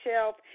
Shelf